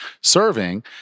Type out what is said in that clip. serving